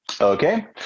Okay